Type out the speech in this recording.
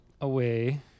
away